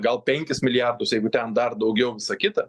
gal penkis milijardus jeigu ten dar daugiau visa kita